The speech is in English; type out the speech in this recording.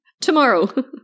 tomorrow